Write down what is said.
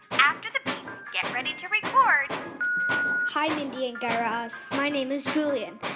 after the beep, get ready to record hi, mindy and guy raz. my name is julian,